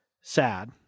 sad